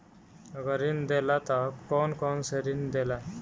अगर ऋण देला त कौन कौन से ऋण देला?